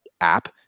app